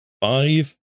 five